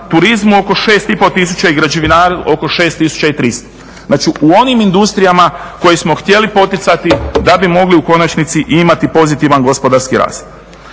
turizmu oko 6500 i građevinarstvu oko 6300, znači u onim industrijama koje smo htjeli poticati da bi mogli u konačnici i imati pozitivan gospodarski rast.